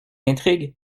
intrigue